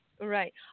Right